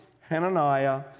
Hananiah